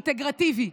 אינטגרטיבי,